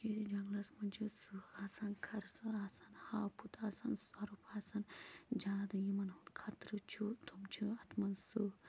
تِکیٛازِ جَنٛگلَس منٛز چھِ سٕہہ آسان خر سٕہہ آسان ہاپُت آسان سَرُپھ آسان زیادٕ یِمَن ہُنٛد خٲطرٕ چھُ تِم چھِ اَتھ منٛز سٕہہ